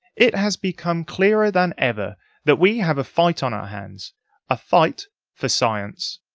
it has become clearer than ever that we have a fight on our hands a fight for science.